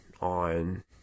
on